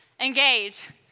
engage